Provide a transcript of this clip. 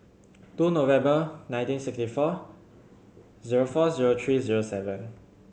two November nineteen sixty four zero four zero three zero seven